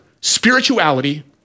spirituality